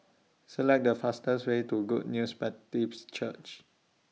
Select The fastest Way to Good News Baptist Church